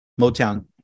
motown